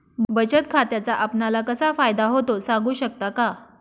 बचत खात्याचा आपणाला कसा फायदा होतो? सांगू शकता का?